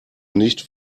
nicht